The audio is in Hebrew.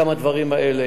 גם הדברים האלה.